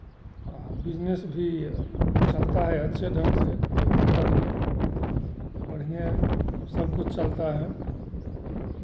आ business भी चलता है अच्छे ढंग से कोई दिक्कत नहीं बढ़िएँ सब कुछ चलता है